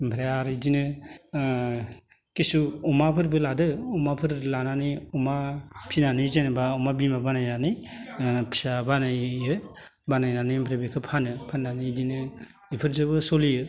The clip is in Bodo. ओमफ्राय आरो इदिनो ओ खिसु अमाफोरबो लादो अमाफोर लानानै अमा फिनानै जेनेबा अमा बिमा बानायनानै ओ फिसा बानायो बानायनानै ओमफ्राय बिखो फानो फाननानै इदिनो बिफोरजोबो सोलियो